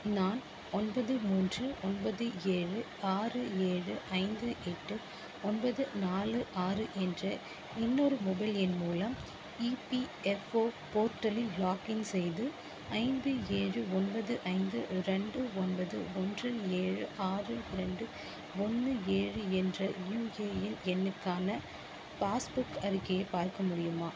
நான் ஒன்பது மூன்று ஒன்பது ஏழு ஆறு ஏழு ஐந்து எட்டு ஒன்பது நாலு ஆறு என்ற இன்னொரு மொபைல் எண் மூலம் இபிஃஎப்ஓ போர்ட்டலில் லாக்இன் செய்து ஐந்து ஏழு ஒன்பது ஐந்து ரெண்டு ஒன்பது ஒன்று ஏழு ஆறு இரண்டு ஒன்று ஏழு என்ற யுஏஎன் எண்ணுக்கான பாஸ் புக் அறிக்கையைப் பார்க்க முடியுமா